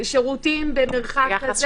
שירותים במרחק כזה,